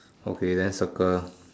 okay then circle